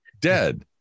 dead